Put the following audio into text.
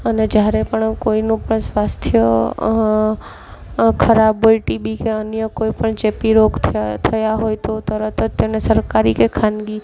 અને જ્યારે પણ કોઈનું પણ સ્વાસ્થ્ય ખરાબ હોય ટીબી કે અન્ય કોઈપણ ચેપી રોગ થયા હોયતો તરત જ તેને સરકારી કે ખાનગી